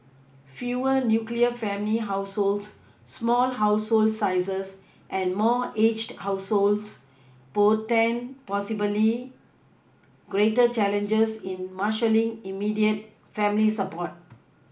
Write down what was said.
fewer nuclear family households small household sizes and more aged households portend possibly greater challenges in marshalling immediate family support